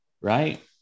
right